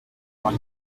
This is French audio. par